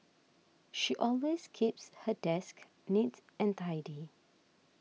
she always keeps her desk neat and tidy